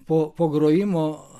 po po grojimo